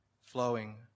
flowing